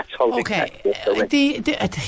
Okay